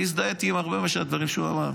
אני הזדהיתי עם הרבה מהדברים שהוא אמר.